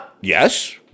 Yes